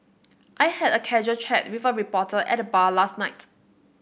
I had a casual chat with a reporter at the bar last night